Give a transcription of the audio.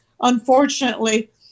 Unfortunately